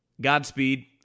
Godspeed